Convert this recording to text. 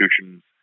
institutions